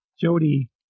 Jody